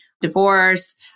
divorce